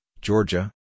Georgia